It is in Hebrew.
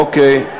אוקיי.